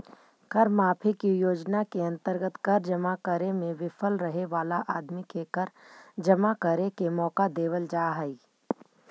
कर माफी के योजना के अंतर्गत कर जमा करे में विफल रहे वाला आदमी के कर जमा करे के मौका देवल जा हई